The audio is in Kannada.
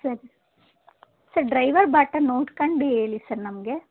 ಸರಿ ಸರ್ ಡ್ರೈವರ್ ಬಾಟ ನೋಡ್ಕೊಂಡು ಹೇಳಿ ಸರ್ ನಮಗೆ